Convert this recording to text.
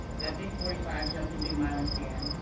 that big forty five jumped in big milam's hand,